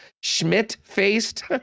Schmidt-faced